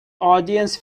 audience